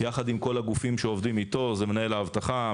יחד עם כל הגופים שעובדים איתו זה מנהל האבטחה,